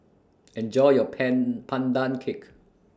Enjoy your Pan Pandan Cake